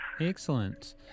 Excellent